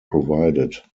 provided